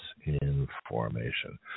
information